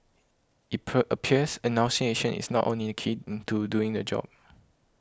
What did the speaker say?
it per appears enunciation is not only the key to doing the job